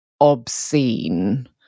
obscene